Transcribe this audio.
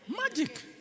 magic